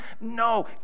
no